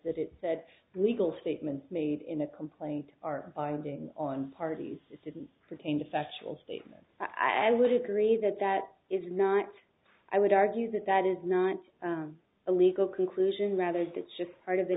that it said legal statements made in a complaint are binding on parties didn't pertain to factual statements i would agree that that is not i would argue that that is not a legal conclusion rather that just part of the